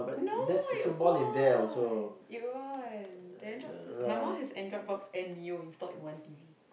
no it won't it won't the android b~ my mom has android box and mio installed in one tv